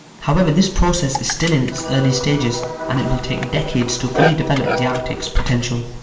however, this process is still in its early stages and it will take decades to fully develop the arctic's potential,